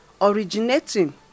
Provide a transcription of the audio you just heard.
originating